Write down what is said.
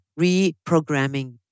reprogramming